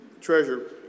treasure